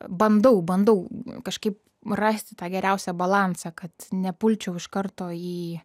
bandau bandau kažkaip rasti tą geriausią balansą kad nepulčiau iš karto į